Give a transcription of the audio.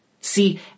See